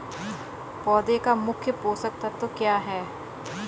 पौधे का मुख्य पोषक तत्व क्या हैं?